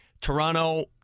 Toronto